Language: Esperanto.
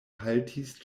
haltis